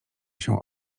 się